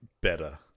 better